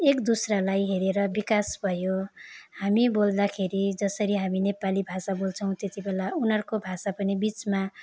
एकदुस्रालाई हेरेर विकास भयो हामी बोल्दाखेरि जसरी हामी नेपाली भाषा बोल्छौँ त्यति बेला उनीहरूको भाषा पनि बिचमा